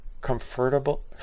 comfortable